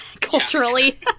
culturally